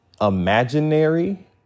imaginary